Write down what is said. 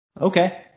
okay